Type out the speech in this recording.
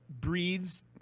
breeds